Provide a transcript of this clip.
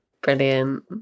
brilliant